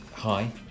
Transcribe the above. Hi